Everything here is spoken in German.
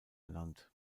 genannt